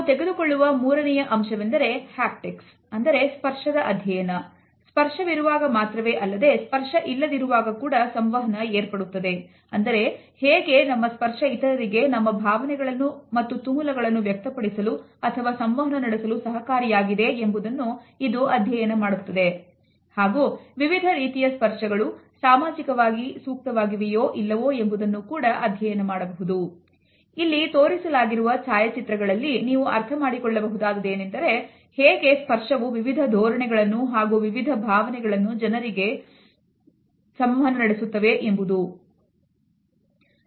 ನಾವು ತೆಗೆದುಕೊಳ್ಳುವ ಮೂರನೆಯ ಅಂಶವೆಂದರೆ Haptics ಅಂದರೆ ಸ್ಪರ್ಶದಇಲ್ಲಿ ತೋರಿಸಲಾಗಿರುವ ಛಾಯಾಚಿತ್ರಗಳಲ್ಲಿ ನೀವು ಅರ್ಥಮಾಡಿಕೊಳ್ಳಬಹುದಾದುದು ಏನೆಂದರೆ ಹೇಗೆ ಸ್ಪರ್ಶವು ವಿವಿಧ ಧೋರಣೆಗಳನ್ನು ಹಾಗು ವಿವಿಧ ಭಾವನೆಗಳನ್ನು ಜನರಿಗೆ ಸಂಭವಿಸುತ್ತದೆ ಎಂಬುದು